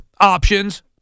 options